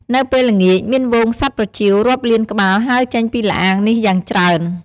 នៅពេលល្ងាច មានហ្វូងសត្វប្រចៀវរាប់លានក្បាលហើរចេញពីល្អាងនេះយ៉ាងច្រើន។